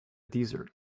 desert